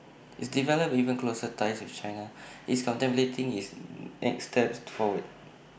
it's developed even closer ties with China it's contemplating its next steps forward